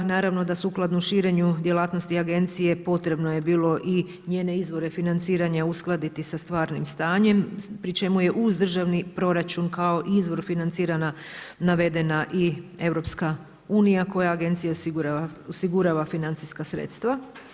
Naravno da sukladno širenju djelatnosti agencije potrebno je bilo i njene izvore financiranja uskladiti sa stvarnim stanjem pri čemu je uz državni proračun kao izvor financiranja navedena EU koja agenciji osigurava financijska sredstva.